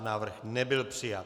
Návrh nebyl přijat.